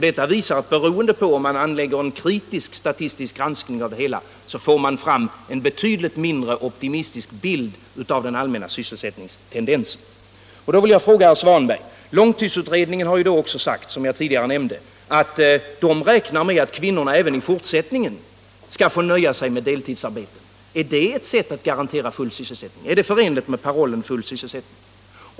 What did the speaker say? Detta visar att man, då man gör en kritisk statistisk granskning av det hela, får en betydligt mindre optimistisk bild av allmänna sysselsättningstendenser. Långtidsutredningen har sagt, som jag tidigare nämnde, att den räknar med att kvinnorna även i fortsättningen skall få nöja sig med deltidsarbete. Jag vill då fråga herr Svanberg: Är det ett sätt att garantera full sysselsättning? Är det förenligt med parollen ”full sysselsättning”?